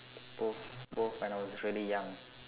both both when I was really young